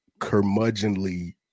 curmudgeonly –